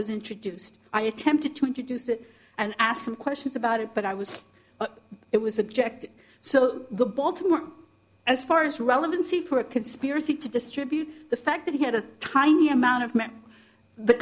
was introduced i attempted to introduce it and asked some questions about it but i was it was objecting so the baltimore as far as relevancy for a conspiracy to distribute the fact that he had a tiny amount of